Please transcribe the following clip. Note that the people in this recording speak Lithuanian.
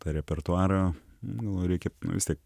tą repertuarą nu reikia vis tiek